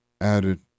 added